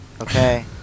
Okay